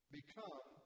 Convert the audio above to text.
become